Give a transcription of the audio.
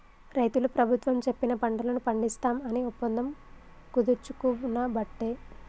రైతులు ప్రభుత్వం చెప్పిన పంటలను పండిస్తాం అని ఒప్పందం కుదుర్చుకునబట్టే